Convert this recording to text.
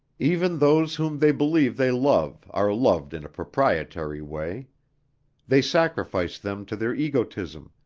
even those whom they believe they love are loved in a proprietary way they sacrifice them to their egotism,